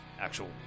actual